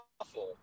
awful